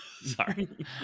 Sorry